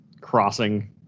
crossing